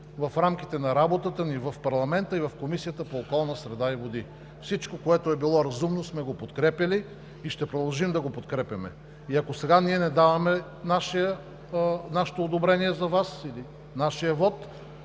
в рамките на работата ни в парламента и в Комисията по околната среда и водите. Всичко, което е било разумно, сме го подкрепяли и ще продължим да го подкрепяме. И ако сега ние не даваме нашето одобрение за Вас или нашия вот,